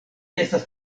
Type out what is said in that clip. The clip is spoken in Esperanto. estas